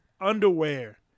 underwear